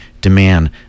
demand